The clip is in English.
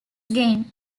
game